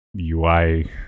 UI